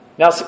Now